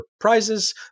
prizes